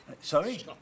Sorry